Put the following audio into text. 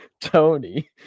Tony